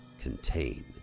Contain